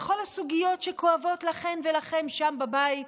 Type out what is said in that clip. בכל הסוגיות שכואבות לכן ולכם שם בבית,